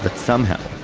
but somehow,